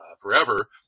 forever